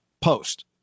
post